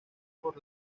por